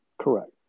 Correct